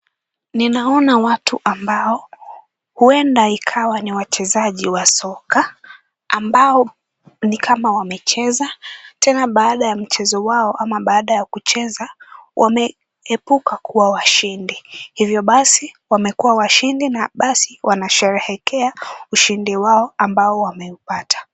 Ninaona watu ambao. uwenda ikawa ni wachezaji wa soka. Ambao ni kama wamecheza, tena baada ya mchezo wao ama baada ya kucheza, wameepuka kuwa washindi. Hivyo basi, wamekuwa washindi na basi wanasherehekea ushindi wao ambao wameupata.